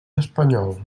espanyol